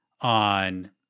on